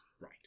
Right